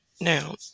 Now